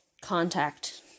contact